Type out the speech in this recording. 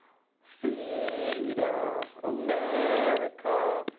feed america.